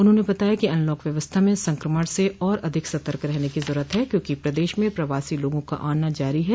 उन्होंने बताया कि अनलॉक व्यवस्था में संक्रमण से और अधिक सतर्क रहने की जरूरत है क्योंकि प्रदेश में प्रवासी लोगों का आना जारी है